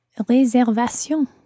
réservation